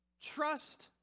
trust